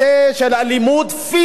לגרום לאלימות פיזית,